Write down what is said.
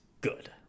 good